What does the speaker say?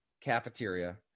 cafeteria